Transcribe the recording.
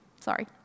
sorry